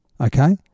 okay